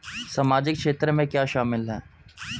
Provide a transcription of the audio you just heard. सामाजिक क्षेत्र में क्या शामिल है?